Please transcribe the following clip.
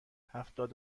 هفتاد